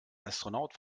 astronaut